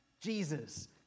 Jesus